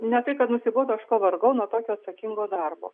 ne tai kad nusibodo aš pavargau nuo tokio atsakingo darbo